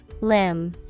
Limb